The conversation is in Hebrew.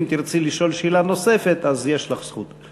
אם תרצי לשאול שאלה נוספת, יש לך זכות.